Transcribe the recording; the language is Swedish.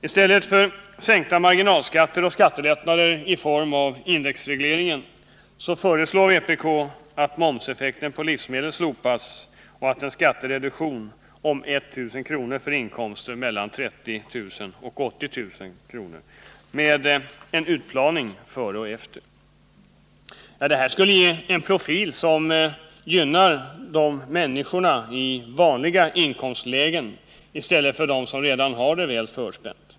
I stället för sänkta marginalskatter och lättnader i form av indexreglering föreslår vpk att momseffekten på livsmedel slopas och att en skattereduktion om 1 000 kr. för inkomster mellan 30 000 och 80 000 kr. införs med en utplaning före och efter. Det skulle ge en profil som gynnar människor i vanliga inkomstlägen i stället för dem som redan har det väl förspänt.